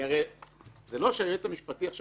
כי הרי זה לא שהיועץ המשפטי יבוא עכשיו